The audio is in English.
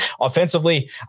Offensively